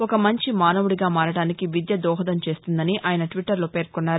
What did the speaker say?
ఒక మంచి మానవుడిగా మారడానికి విద్య దోహదంచేస్తుందని ఆయన ట్విట్లర్లో పేర్కొన్నారు